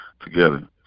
together